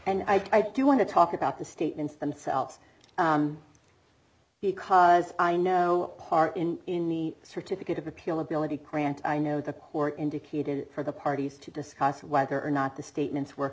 and i do want to talk about the statements themselves because i know part in in the certificate of appeal ability i know the court indicated for the parties to discuss whether or not the statements w